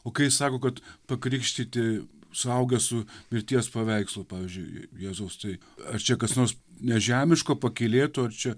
o kai jis sako kad pakrikštyti suaugęs su mirties paveikslu pavyzdžiui jėzaus tai ar čia kas nors nežemiško pakylėto ar čia